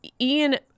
Ian